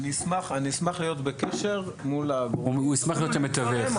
אני אשמח להיות בקשר, אני אשמח להיות המתווך.